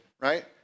Right